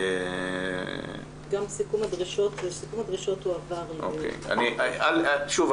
--- סיכום הדרישות הועבר --- שוב,